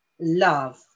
love